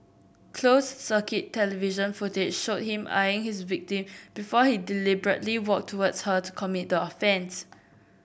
closed circuit television footage showed him eyeing his victim before he deliberately walked towards her to commit the offence